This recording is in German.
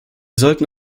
sollten